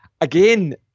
again